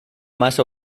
más